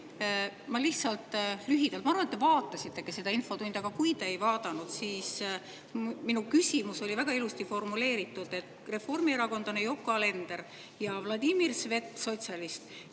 ma lihtsalt lühidalt [selgitan]. Ma arvan, et te vaatasite seda infotundi, aga kui te ei vaadanud, siis minu küsimus oli väga ilusti formuleeritud. Reformierakondlane Yoko Alender ja Vladimir Svet, sotsialist,